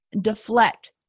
deflect